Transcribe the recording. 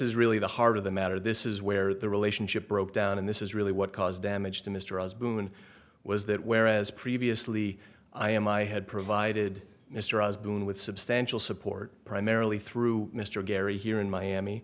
is really the heart of the matter this is where the relationship broke down and this is really what caused damage to mr as boone was that whereas previously i am i had provided mr osborne with substantial support primarily through mr gary here in miami